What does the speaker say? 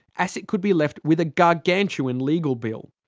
asic could be left with a gargantuan legal bill.